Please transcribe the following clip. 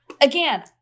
again